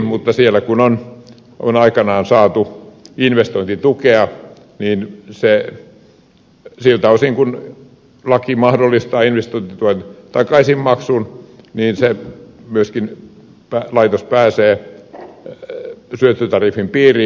jos siellä on aikanaan saatu investointitukea niin siltä osin kuin laki mahdollistaa investointituen takaisinmaksun laitos pääsee syöttötariffin piiriin